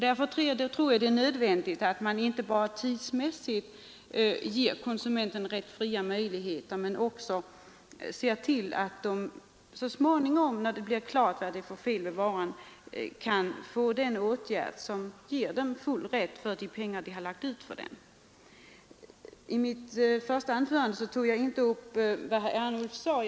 Därför tror jag det är nödvändigt att inte bara tidsmässigt ge konsumenten rätt stor frihet utan också se till att han så småningom, när det står klart vad det är för fel på varan, kan få sådana åtgärder vidtagna att han får full valuta för de pengar som han har betalat för varan. I mitt första anförande tog jag inte upp vad herr Ernulf sade.